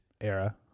era